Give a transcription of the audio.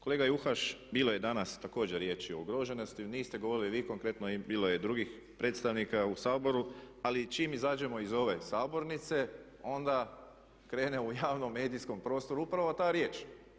Kolega Juhas, bilo je danas također riječi o ugroženosti, niste govorili vi konkretno, bilo je drugih predstavnika u Saboru, ali čim izađemo iz ove sabornice onda krene u javnom medijskom prostoru upravo ta riječ.